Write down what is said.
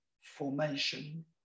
formation